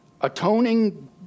atoning